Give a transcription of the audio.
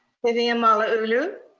vivian malauulu?